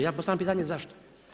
Ja postavljam pitanje zašto?